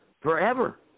forever